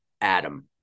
Adam